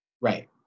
Right